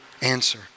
answer